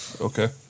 Okay